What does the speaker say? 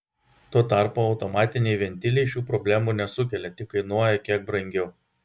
tuo tarpu automatiniai ventiliai šių problemų nesukelia tik kainuoja kiek brangiau